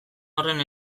horren